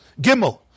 Gimel